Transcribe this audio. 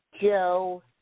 Joe